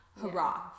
Hurrah